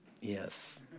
Yes